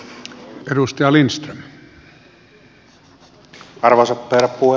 arvoisa herra puhemies